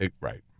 right